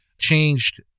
Changed